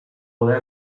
voler